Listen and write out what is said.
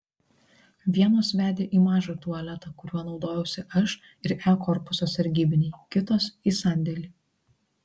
vienos vedė į mažą tualetą kuriuo naudojausi aš ir e korpuso sargybiniai kitos į sandėlį